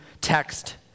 text